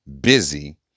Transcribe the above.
busy